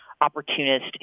opportunist